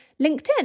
LinkedIn